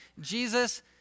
Jesus